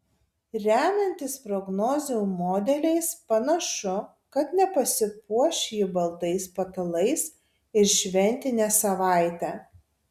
remiantis prognozių modeliais panašu kad nepasipuoš ji baltais patalais ir šventinę savaitę